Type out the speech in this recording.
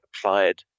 applied